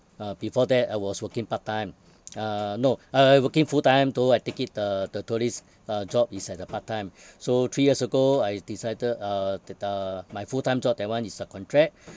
uh before that I was working part time uh no uh working full time though I take it the the tourist uh job is at the part time so three years ago I decided uh that uh my full time job that [one] is a contract